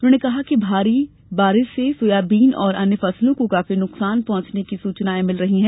उन्होंने कहा कि भारी बारिश से सोयाबीन और अन्य फसलों को काफी नुकसान पहॅचने की सूचनाएं मिल रही है